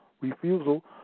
refusal